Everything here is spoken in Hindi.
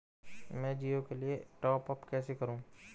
मैं जिओ के लिए टॉप अप कैसे करूँ?